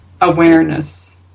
awareness